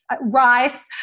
rice